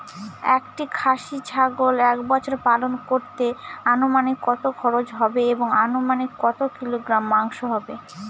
একটি খাসি ছাগল এক বছর পালন করতে অনুমানিক কত খরচ হবে এবং অনুমানিক কত কিলোগ্রাম মাংস হবে?